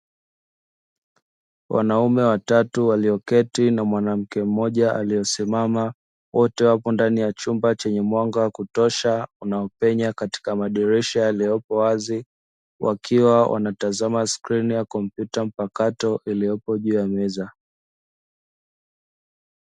Wanaume watatu walioketi na mwanamke mmoja aliyesimama, wote wapo ndani ya chumba chenye mwanga kutosha unaopenya katika madirisha yaliyopo wazi, wakiwa wanatazama skrini ya kompyuta mpakato iliyopo juu ya meza.